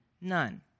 none